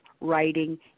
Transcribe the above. writing